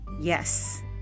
Yes